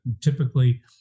typically